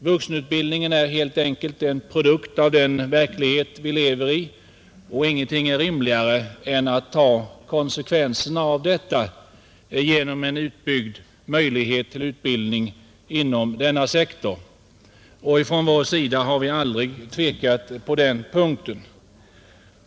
Vuxenutbild ningen är helt enkelt en produkt av den verklighet vi lever i, och ingenting är rimligare än att ta konsekvenserna av detta genom en utbyggd möjlighet till utbildning inom denna sektor. Från vår sida har vi aldrig tvekat på den punkten.